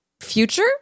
Future